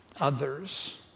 others